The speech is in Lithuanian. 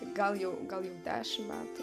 gal jau gal jau dešim metų